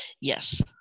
Yes